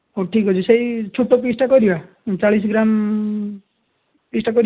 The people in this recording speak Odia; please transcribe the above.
ହଉ ଠିକ୍ ଅଛି ସେଇ ଛୋଟ ପିସ୍ଟା କରିବା ଚାଳିଶ ଗ୍ରାମ୍ ପିସ୍ଟା କରିବା